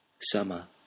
Summer